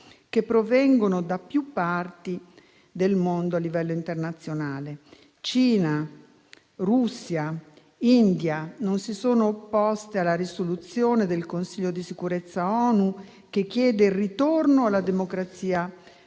che provengono da più parti del mondo a livello internazionale. Cina, Russia e India non si sono opposte alla risoluzione del Consiglio di sicurezza dell'ONU che chiede il ritorno alla democrazia